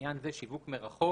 לעניין זה, "שיווק מרחוק"